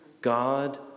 God